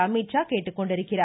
அமீத்ஷா கேட்டுக்கொண்டுள்ளார்